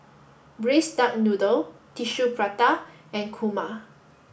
Braised Duck Noodle Tissue Prata and Kurma